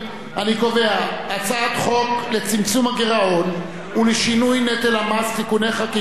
אני קובע שחוק לצמצום הגירעון ולשינוי נטל המס (תיקוני חקיקה),